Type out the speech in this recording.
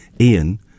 Ian